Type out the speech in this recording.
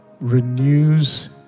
renews